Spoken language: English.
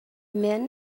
men